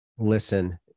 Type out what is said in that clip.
Listen